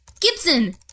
Gibson